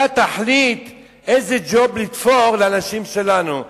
אתה תחליט איזה ג'וב לתפור לאנשים שלנו,